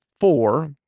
four